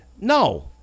No